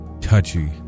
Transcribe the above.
touchy